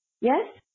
Yes